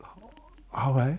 好好 leh